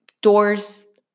doors